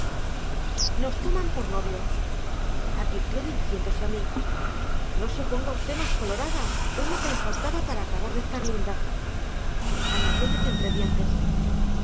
nos toman por novios advirtió dirigiéndose a mí no se ponga usted más colorada es lo que le faltaba para acabar de estar linda añadió medio entre dientes